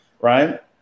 right